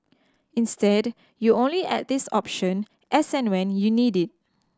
instead you only add this option as and when you need it